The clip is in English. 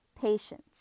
patience